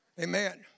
Amen